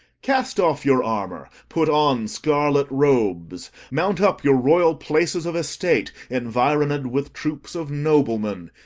cast off your armour, put on scarlet robes, mount up your royal places of estate, environed with troops of noblemen,